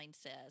says